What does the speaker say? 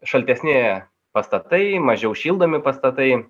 šaltesni pastatai mažiau šildomi pastatai